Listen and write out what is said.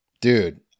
Dude